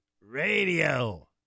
Radio